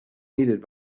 needed